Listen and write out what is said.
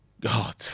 God